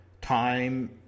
time